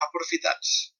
aprofitats